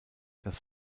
das